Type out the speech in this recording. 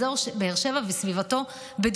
שיפסיק את ההטמנה באזור באר שבע וסביבתה בדודאים.